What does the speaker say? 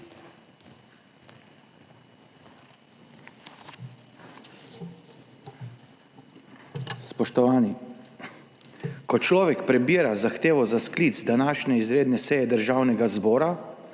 Spoštovani! Ko človek prebira zahtevo za sklic današnje izredne seje Državnega zbora,